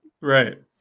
Right